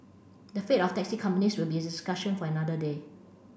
the fate of taxi companies will be a discussion for another day